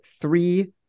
three